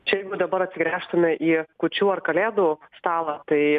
čia jeigu dabar atsigręžtume į kūčių ar kalėdų stalą tai